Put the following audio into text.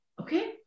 Okay